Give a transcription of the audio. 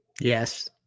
Yes